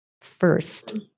first